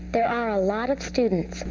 there are a lot of students.